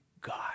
God